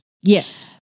Yes